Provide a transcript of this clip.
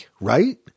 right